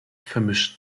vermischt